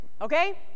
okay